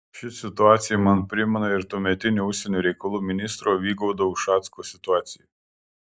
ši situacija man primena ir tuometinio užsienio reikalų ministro vygaudo ušacko situaciją